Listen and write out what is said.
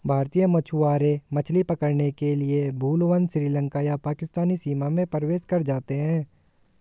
भारतीय मछुआरे मछली पकड़ने के लिए भूलवश श्रीलंका या पाकिस्तानी सीमा में प्रवेश कर जाते हैं